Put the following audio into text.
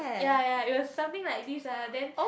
ya ya it was something like this ah and then